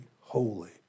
Holy